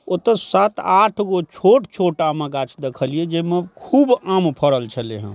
ओतऽ सात आठ गो छोट छोट आमके गाछ देखलियै जैमे खुब आम फरल छलै हँ